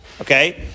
okay